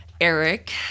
Eric